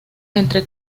entre